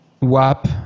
WAP